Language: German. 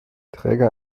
träger